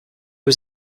was